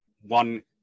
one